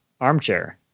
armchair